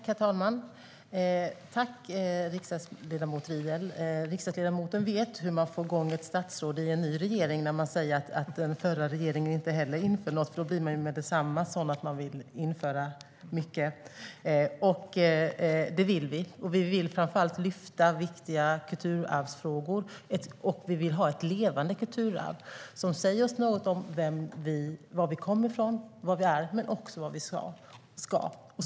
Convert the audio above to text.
Herr talman! Tack, riksdagsledamot Riedl! Riksdagsledamoten vet hur han ska få igång ett statsråd i en ny regering när han säger att den förra regeringen inte heller genomförde detta. Då vill man med detsamma införa mycket. Det vill vi. Framför allt vill vi lyfta fram viktiga kulturarvsfrågor. Vi vill ha ett levande kulturarv som säger oss något om var vi kommer ifrån, var vi är och också vart vi ska.